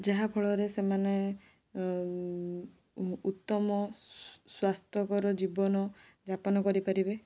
ଯାହାଫଳରେ ସେମାନେ ଉତ୍ତମ ସ୍ଵାସ୍ଥ୍ୟକର ଜୀବନଯାପନ କରିପାରିବେ